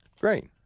Great